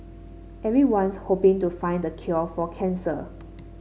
everyone's hoping to find the cure for cancer